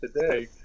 today